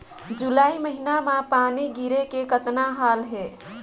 जुलाई महीना म पानी गिरे के कतना हाल हे?